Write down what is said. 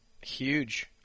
huge